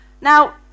Now